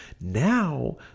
now